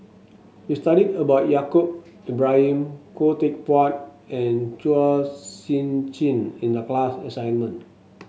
we studied about Yaacob Ibrahim Khoo Teck Puat and Chua Sian Chin in the class assignment